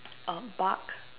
a bug